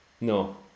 No